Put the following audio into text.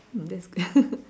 mm that's good